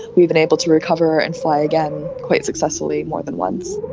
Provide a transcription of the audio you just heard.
we've been able to recover and fly again quite successfully more than once.